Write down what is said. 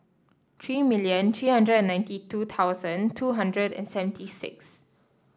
three million three hundred and ninety two thousand two hundred and seventy six